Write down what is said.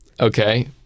Okay